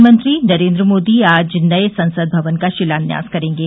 प्रधानमंत्री नरेन्द्र मोदी आज नए संसद भवन का शिलान्यास करेंगे